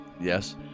Yes